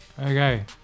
Okay